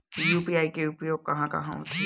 UPI के उपयोग कहां कहा होथे?